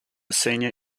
senior